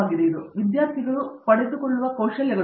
professor Babu Vishwanath ವಿದ್ಯಾರ್ಥಿಗಳನ್ನು ಪಡೆದುಕೊಳ್ಳುವ ಕೌಶಲ್ಯಗಳು